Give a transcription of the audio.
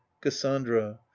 cassandra